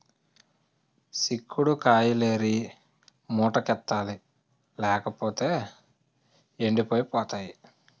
సిక్కుడు కాయిలేరి మూటకెత్తాలి లేపోతేయ్ ఎండిపోయి పోతాయి